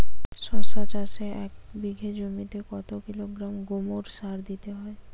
শশা চাষে এক বিঘে জমিতে কত কিলোগ্রাম গোমোর সার দিতে হয়?